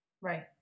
right